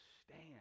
stand